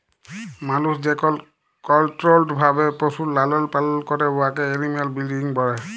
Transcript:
মালুস যেকল কলট্রোল্ড ভাবে পশুর লালল পালল ক্যরে উয়াকে এলিম্যাল ব্রিডিং ব্যলে